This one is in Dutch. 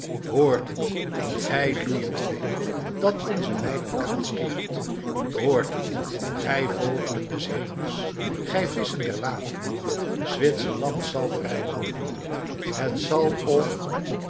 hoort het gij loeiend vee dat onze weiden kaal scheert hoort het gij vogelen des hemels gij visschen der wateren zwitserland zal vrij worden het zàl of